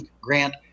grant